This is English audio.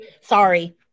sorry